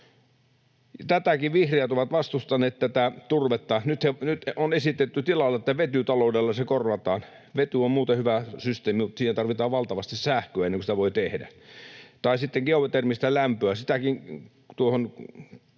Tätäkin vihreät ovat vastustaneet, tätä turvetta. Nyt on esitetty tilalle, että vetytaloudella se korvataan. Vety on muuten hyvä systeemi, mutta siihen tarvitaan valtavasti sähköä ennen kuin sitä voi tehdä. Tai sitten on esitetty geotermistä lämpöä.